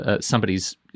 somebody's